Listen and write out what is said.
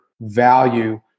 value